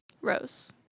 Rose